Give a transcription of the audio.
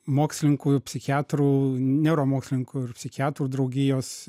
mokslininkų psichiatrų neuromokslininkų ir psichiatrų draugijos